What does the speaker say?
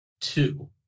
two